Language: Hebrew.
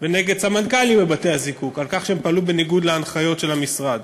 ונגד סמנכ"לים בבתי-הזיקוק על כך שהם פעלו בניגוד להנחיות של המשרד.